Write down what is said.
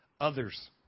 others